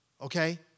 okay